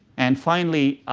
and finally,